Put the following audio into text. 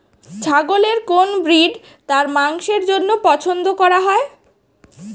ছাগলের কোন ব্রিড তার মাংসের জন্য পছন্দ করা হয়?